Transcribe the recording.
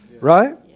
right